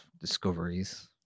discoveries